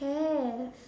have